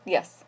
Yes